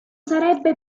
sarebbe